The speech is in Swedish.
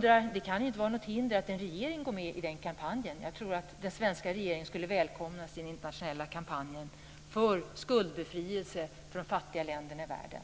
Det kan inte vara något hinder att en regering går med i den kampanjen. Jag tror att den svenska regeringen skulle välkomnas i den internationella kampanjen för skuldbefrielse för de fattiga länderna i världen.